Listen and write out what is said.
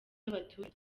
abaturage